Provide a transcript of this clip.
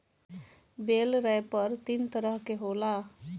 बेल wrapper तीन तरह के होला